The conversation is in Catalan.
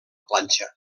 planxa